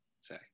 say